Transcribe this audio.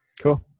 cool